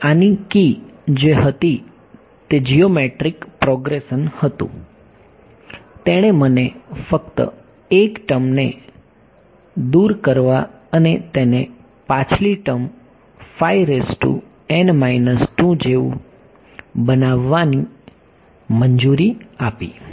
અને આની કી જે હતી તે જીઓમેટ્રીક પ્રોગ્રેશન હતું તેણે મને ફક્ત એક ટર્મને દૂર કરવા અને તેને પાછલી ટર્મ જેવું બનાવવાની મંજૂરી આપી